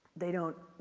they don't,